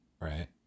right